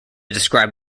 describe